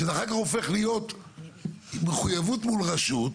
שזה אחר כך הופך להיות מחויבות מול רשות,